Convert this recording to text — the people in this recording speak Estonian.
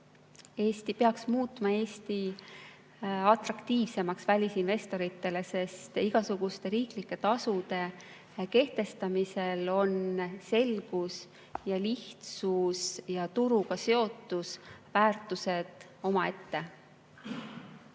peaks muutma Eesti atraktiivsemaks välisinvestoritele, sest igasuguste riiklike tasude kehtestamisel on selgus ja lihtsus ja turuga seotus väärtused omaette.